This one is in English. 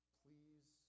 please